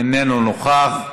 איננו נוכח,